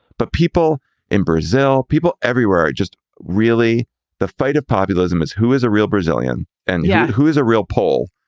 but people in brazil, people everywhere, just really the fight of populism is who is a real brazilian and yet yeah who is a real poll.